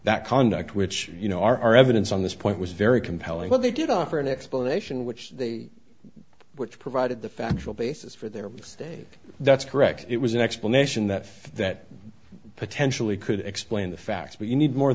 that conduct which you know our evidence on this point was very compelling but they did offer an explanation which they which provided the factual basis for their mistake that's correct it was an explanation that that potentially could explain the facts but you need more